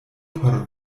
por